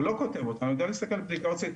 הוא לא כותב אותן; הוא יודע להסתכל עליהן.